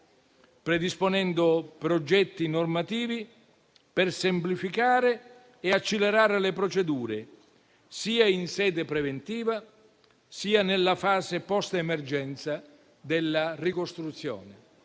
predisponendo progetti normativi per semplificare e accelerare le procedure, sia in sede preventiva sia nella fase postemergenziale della ricostruzione.